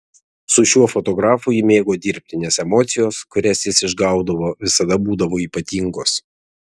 su šiuo fotografu ji mėgo dirbti nes emocijos kurias jis išgaudavo visada būdavo ypatingos